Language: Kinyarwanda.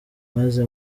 maze